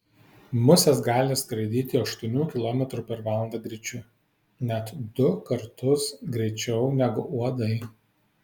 musės gali skraidyti aštuonių kilometrų per valandą greičiu net du kartus greičiau negu uodai